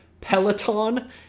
Peloton